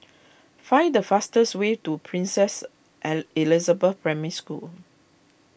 find the fastest way to Princess Ai Elizabeth Primary School